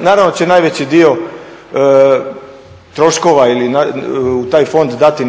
naravno da će najveći dio troškova ili u taj fond dati